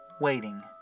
waiting